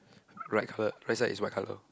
right her right side is white color